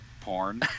porn